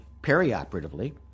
perioperatively